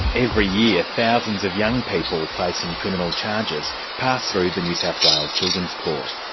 every year thousands of young people facing criminal charges pass through the new south wales children's court.